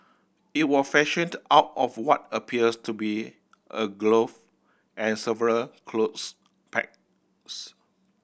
it was fashioned out of what appears to be a glove and several clothes pegs